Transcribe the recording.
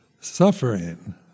suffering